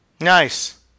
Nice